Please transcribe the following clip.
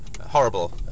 horrible